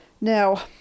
Now